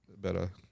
better